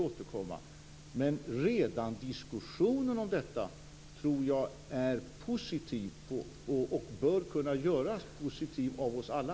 Men jag tror att redan diskussionen om detta är positiv och bör kunna göras positiv av oss alla.